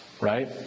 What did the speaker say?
Right